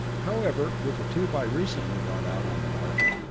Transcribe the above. however, with the tube i recently got out on the market,